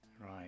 right